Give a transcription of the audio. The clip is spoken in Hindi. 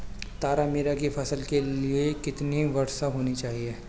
तारामीरा की फसल के लिए कितनी वर्षा होनी चाहिए?